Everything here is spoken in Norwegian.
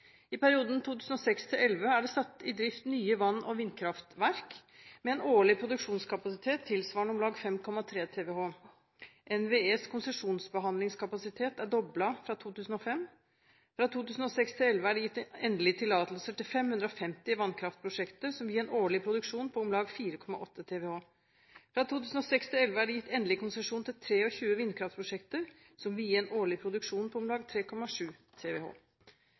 I perioden 2006–2011 er det satt i drift nye vann- og vindkraftverk med en årlig produksjonskapasitet tilsvarende om lag 5,3 TWh. NVEs konsesjonsbehandlingskapasitet er doblet fra 2005. Fra 2006 til 2011 er det gitt endelige tillatelser til 550 vannkraftprosjekter, som vil gi en årlig produksjon på om lag 4,8 TWh. Fra 2006 til 2011 er det endelig konsesjon til 23 vindkraftprosjekter, som vil gi en årlig produksjon på om lag 3,7 TWh.